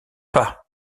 pas